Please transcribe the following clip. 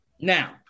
Now